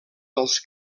dels